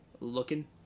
looking